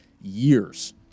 years